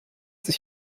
sich